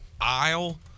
aisle